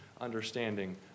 understanding